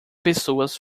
pessoas